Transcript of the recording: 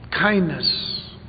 Kindness